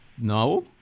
No